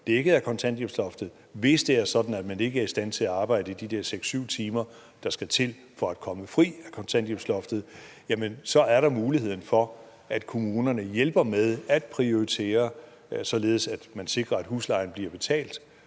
dækket af kontanthjælpsloftet, og hvis det er sådan, at man ikke er i stand til at arbejde de 6-7 timer, der skal til for at komme fri af kontanthjælpsloftet, så er der mulighed for, at kommunerne hjælper med at prioritere, således at det sikres, at huslejen bliver betalt.